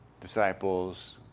disciples